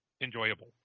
enjoyable